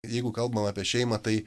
jeigu kalbam apie šeimą tai